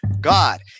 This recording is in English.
God